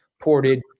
ported